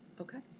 okay,